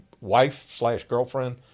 wife-slash-girlfriend